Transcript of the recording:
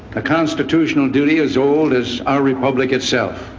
a constitutional duty as old as our republic itself.